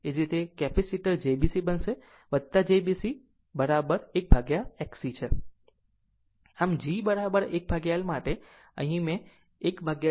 તે જ રીતે કેપેસિટર jB C બનશે તે jB C બરાબર 1XC છે